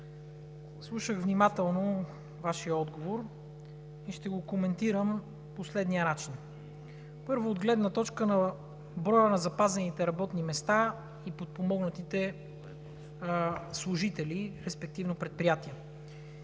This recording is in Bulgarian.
Слушах внимателно Вашия отговор и ще го коментирам по следния начин. Първо, от гледна точка на броя на запазените работни места и подпомогнатите служители, респективно предприятия.